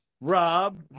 Rob